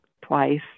twice